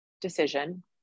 decision